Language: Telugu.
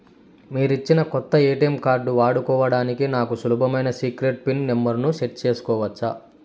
మీరిచ్చిన కొత్త ఎ.టి.ఎం కార్డు వాడుకోవడానికి నాకు సులభమైన సీక్రెట్ పిన్ నెంబర్ ను సెట్ సేసుకోవచ్చా?